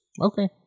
Okay